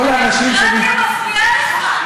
כל האנשים שאני, מפריעה לך.